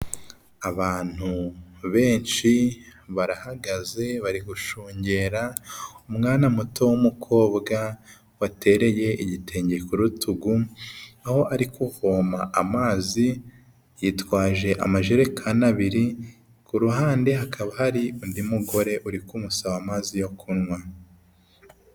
Abantu benshi barahagaze bari gushungera umwana muto w'umukobwa watereye igitenge ku rutugu aho ari kuvoma amazi yitwaje amajerekani abiri ku ruhande hakaba hari undi mugore uriku kumusaba amazi yo kunywa.